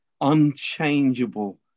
unchangeable